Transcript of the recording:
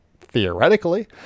theoretically